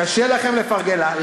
קשה לכם לפרגן לה.